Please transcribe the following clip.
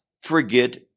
forget